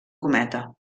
cometa